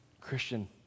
Christian